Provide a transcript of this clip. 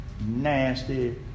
nasty